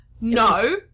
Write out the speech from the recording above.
no